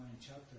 chapter